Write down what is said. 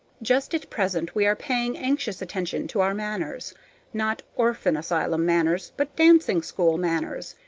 just at present we are paying anxious attention to our manners not orphan asylum manners, but dancing school manners.